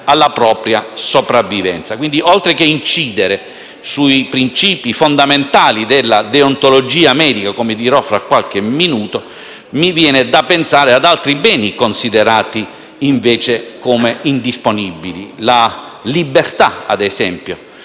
alla propria sopravvivenza. Quindi, oltre che incidere sui principi fondamentali della deontologia medica, come dirò tra qualche minuto, mi viene da pensare ad altri beni considerati indisponibili: la libertà, ad esempio,